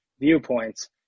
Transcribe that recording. viewpoints